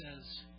says